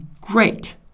great